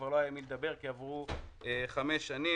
אבל לא היה עם מי לדבר כי עברו חמש שנים.